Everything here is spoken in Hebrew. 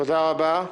תודה רבה.